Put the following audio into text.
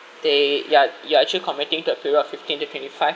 they you are you are actually committing to a period of fifteen to twenty five